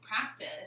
practice